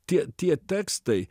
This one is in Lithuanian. tie tie tekstai